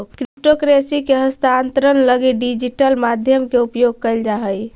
crypto currency के हस्तांतरण लगी डिजिटल माध्यम के उपयोग कैल जा हइ